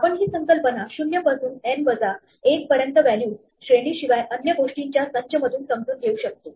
आपण ही संकल्पना 0 पासून n वजा 1 पर्यंत व्हॅल्यूज श्रेणीशिवाय अन्य गोष्टींच्या संच मधून समजून घेऊ शकतो